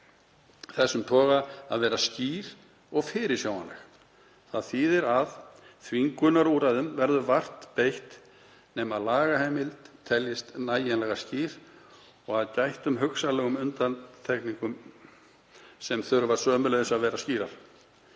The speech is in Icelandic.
þessum toga að vera skýr og fyrirsjáanleg. Það þýðir [að] þvingunarúrræðum verður vart beitt nema lagaheimild teljist nægjanlega skýr og að gættum hugsanlegum undantekningum sem þurfa sömuleiðis að vera skýrar.